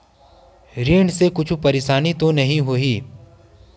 ऋण से कुछु परेशानी तो नहीं होही?